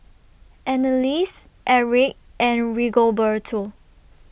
Anneliese Aric and Rigoberto